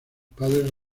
padres